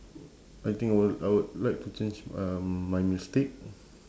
I think I will I would like to change um my mistake